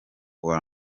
uwa